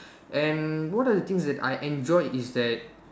and what are the things that I enjoyed is that